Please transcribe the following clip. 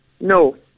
No